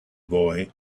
boy